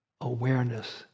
awareness